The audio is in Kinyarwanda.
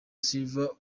silva